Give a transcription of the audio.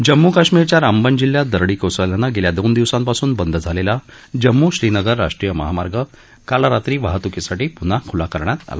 जम्मू काश्मिरच्या रामबन जिल्ह्यात दरडी कोसळल्यानं गेल्या दोन दिवसांपासून बंद झालेला जम्मू श्रीनगर राष्ट्रीय महामार्ग काल रात्री वाहतुकीसाठी पुन्हा खुला करण्यात आला